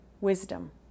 wisdom